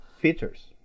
features